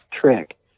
trick